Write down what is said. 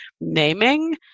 naming